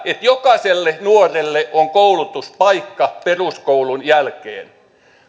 että jokaiselle nuorelle on koulutuspaikka peruskoulun jälkeen